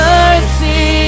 mercy